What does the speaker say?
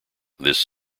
this